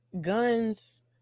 guns